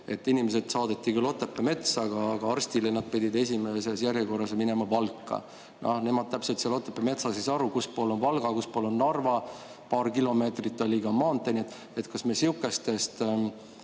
et inimesed saadeti küll Otepää metsa, aga arstile nad pidid esimeses järjekorras minema Valka. Nemad täpselt seal Otepää metsas ei saa aru, kus pool on Valga, kus pool on Narva, paar kilomeetrit oli ka maanteeni. Kas me sihukestest